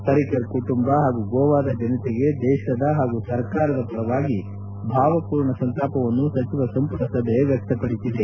ಪರ್ರಿಕರ್ ಕುಟುಂಬ ಹಾಗೂ ಗೋವಾದ ಜನತೆಗೆ ದೇಶದ ಹಾಗೂ ಸರ್ಕಾರದ ಪರವಾಗಿ ಭಾವಪೂರ್ಣ ಸಂತಾಪವನ್ನು ಸಚಿವ ಸಂಪುಟ ಸಭೆ ವ್ಲಕ್ತಪಡಿಸಿದೆ